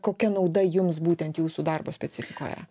kokia nauda jums būtent jūsų darbo specifikoje